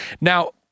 Now